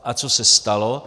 A co se stalo?